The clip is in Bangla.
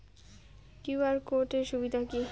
কিউ.আর কোড এর সুবিধা কি?